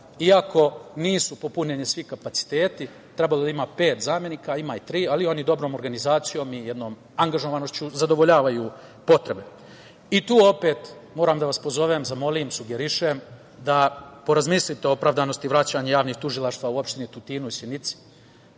iako nisu popunjeni svi kapaciteti. Trebalo bi da ima pet zamenika, a ima ih tri, ali oni dobrom organizacijom i jednom angažovanošću zadovoljavaju potrebe. Tu opet moram da vas pozovem, zamolim, sugerišem da porazmislite o opravdanosti vraćanja javnih tužilaštava u opštine Tutin i Sjenica.